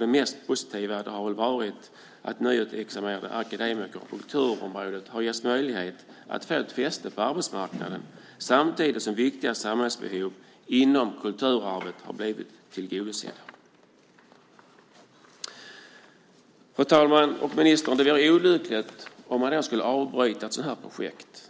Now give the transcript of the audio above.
Det mest positiva har varit att nyutexaminerade akademiker på kulturområdet har getts möjlighet att få ett fäste på arbetsmarknaden samtidigt som viktiga samhällsbehov inom kulturarvet har blivit tillgodosedda. Fru talman! Det vore olyckligt om man avbröt ett sådant här projekt.